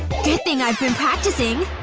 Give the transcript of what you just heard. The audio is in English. good thing i've been practicing